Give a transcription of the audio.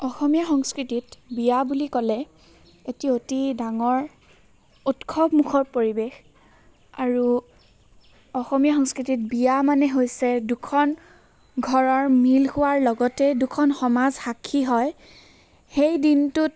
অসমীয়া সংস্কৃতিত বিয়া বুলি ক'লে এতি অতি ডাঙৰ উৎসৱ মুখৰ পৰিৱেশ আৰু অসমীয়া সংস্কৃতিত বিয়া মানে হৈছে দুখন ঘৰৰ মিল হোৱাৰ লগতে দুখন সমাজ সাক্ষী হয় সেই দিনটোত